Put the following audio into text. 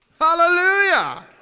Hallelujah